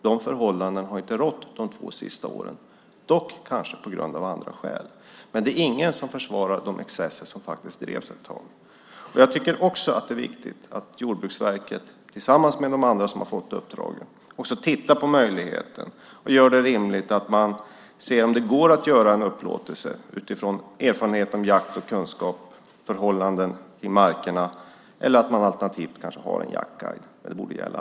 De förhållandena har inte rått de två senaste åren, dock kanske av andra skäl. Men det är ingen som försvarar de excesser som faktiskt drevs ett tag. Jag tycker också att det är viktigt att Jordbruksverket tillsammans med de andra som har fått uppdraget också tittar på möjligheten och ser om det går att göra en upplåtelse utifrån erfarenheter från jakt och kunskaper om förhållanden i markerna eller om man alternativt kan ha en jaktguide som gäller alla.